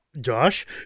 Josh